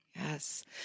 Yes